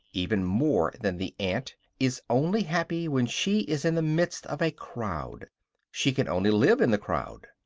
even more than the ant, is only happy when she is in the midst of a crowd she can only live in the crowd.